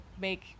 make